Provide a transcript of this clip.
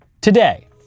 Today